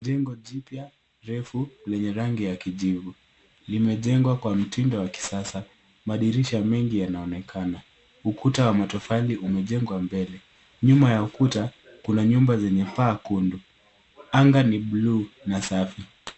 Jengo jipya refu yenye rangi ya kijivu. Limejengwa kwa mtindo wa kisasa. Madirisha mengi yanaonekana. Ukuta wa matofali umejengwa mbele. Nyuma ya ukuta kuna nyumba zenye paa kundu. Anga ni blue na safi.